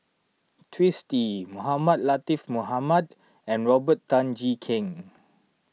Twisstii Mohamed Latiff Mohamed and Robert Tan Jee Keng